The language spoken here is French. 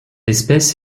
espèce